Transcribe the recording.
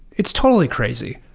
it's totally crazy,